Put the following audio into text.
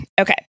Okay